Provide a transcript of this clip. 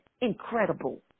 incredible